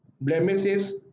blemishes